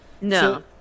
No